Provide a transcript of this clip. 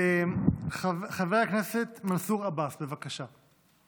חבר הכנסת מנסור עבאס, בבקשה.